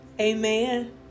Amen